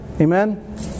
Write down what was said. Amen